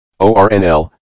ORNL